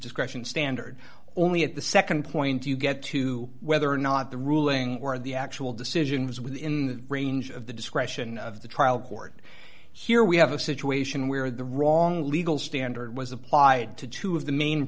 discretion standard only at the nd point do you get to whether or not the ruling or the actual decision was within the range of the discretion of the trial court here we have a situation where the wrong legal standard was applied to two of the main